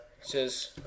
says